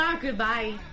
Goodbye